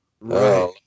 Right